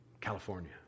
California